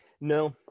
No